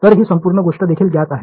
तर ही संपूर्ण गोष्ट देखील ज्ञात आहे